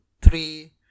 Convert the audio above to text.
three